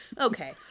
Okay